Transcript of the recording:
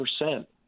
percent